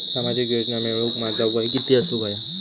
सामाजिक योजना मिळवूक माझा वय किती असूक व्हया?